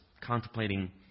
contemplating